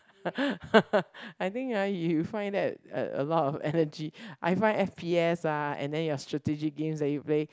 I think ah you find that a a lot of energy I find F_P_S ah and then your strategic games that you play